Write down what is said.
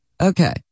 Okay